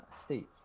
states